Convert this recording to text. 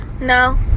No